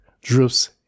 drifts